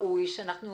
ראוי שאנחנו